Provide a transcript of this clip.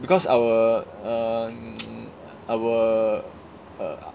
because our um our uh